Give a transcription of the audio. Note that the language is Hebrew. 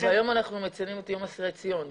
--- והיום אנחנו מציינים את יום אסירי ציון,